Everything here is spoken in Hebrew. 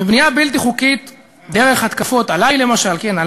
מבנייה בלתי חוקית דרך התקפות עלי, למשל, כן?